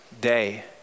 day